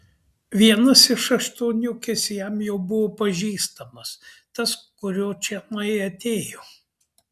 vienas iš aštuoniukės jam jau buvo pažįstamas tas kurio čionai atėjo